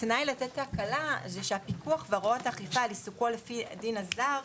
שהתנאי להקלה הוא "פיקוח והוראות האכיפה על עיסוקו לפי הדין הזר".